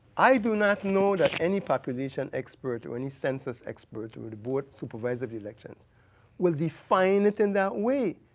i do not know that any population expert, or any census expert or the board supervisor of election will define it in that way.